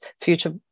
future